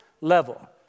level